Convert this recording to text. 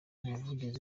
umuvugizi